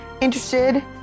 interested